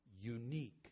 unique